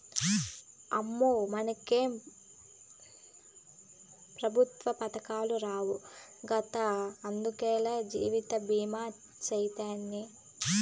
అమ్మో, మనకే పెఋత్వ పదకాలు రావు గదా, అందులకే జీవితభీమా సేస్తిని